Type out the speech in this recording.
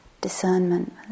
discernment